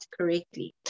correctly